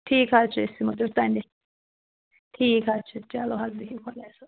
ٹھیٖک حظ چھُ أسۍ یِمو تیٚلہِ سَنٛڈے ٹھیٖک حظ چھُ چلو حظ بِہِو خۄدایَس حوال